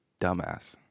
dumbass